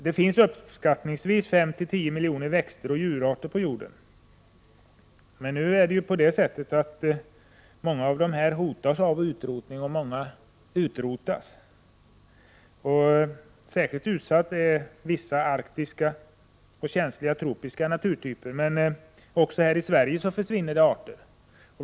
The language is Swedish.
Det finns uppskattningsvis 5-10 miljoner växtoch djurarter på jorden. Många av dem hotas av utrotning, och många utrotas. Särskilt utsatta är vissa arktiska och känsliga tropiska naturtyper, men också här i Sverige försvinner det arter.